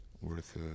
worth